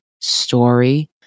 story